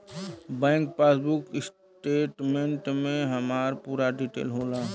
bank passbook statement में हमार पूरा डिटेल होला